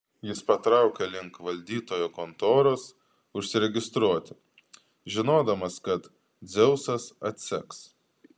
jis patraukė link valdytojo kontoros užsiregistruoti žinodamas kad dzeusas atseks